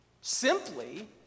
simply